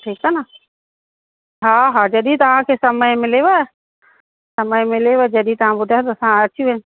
ठीकु आहे न हा हा जॾहिं तव्हांखे समय मिलेव समय मिलेव जॾहिं तव्हां ॿुधायो त असां अची